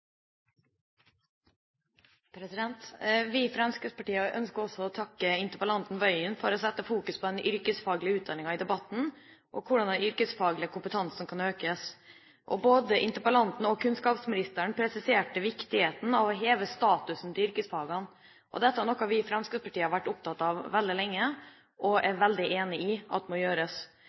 Vi i Fremskrittspartiet ønsker også å takke interpellanten Tingelstad Wøien for å sette fokus på den yrkesfaglige utdanningen i debatten og på hvordan den yrkesfaglige kompetansen kan økes. Både interpellanten og kunnskapsministeren presiserte viktigheten av å heve statusen til yrkesfagene. Dette er noe vi i Fremskrittspartiet har vært opptatt av veldig lenge og er veldig enig i at må gjøres.